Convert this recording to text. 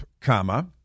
comma